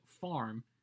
farm